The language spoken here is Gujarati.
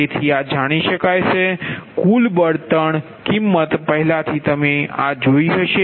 તેથી આ જાણી શકાય છે કુલ બળતણ કિંમત પહેલાથી તમે આ જોઇ હશે